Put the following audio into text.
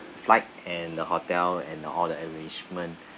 flight and the hotel and all the arrangement